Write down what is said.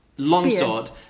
Longsword